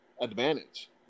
advantage